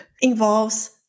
involves